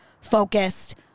focused